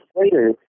later